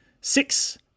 Six